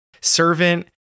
servant